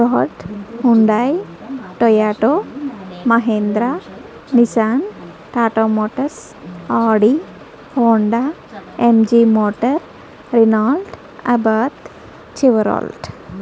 fiat Hyundai Toyota Mahindra Nissan Tata motors Audi Honda MG motor Renault Abarth Chevrolet